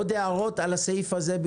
עוד הערות על הסעיף הזה?